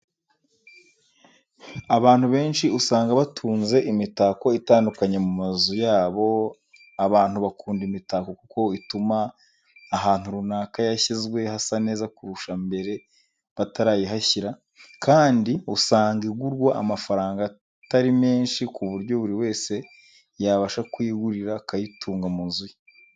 Abantu benshi usanga batunze imitako itandukanye mu mazu yabo. Abantu bakunda imitako kuko ituma ahantu runaka yashyizwe hasa neza kurusha mbere batarayihashyira. Kandi usanga igurwa amafaranga atari menci ku buryo buri wese yabasha kuyigura akayitunga mu nzu ye.